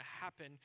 happen